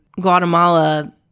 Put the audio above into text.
Guatemala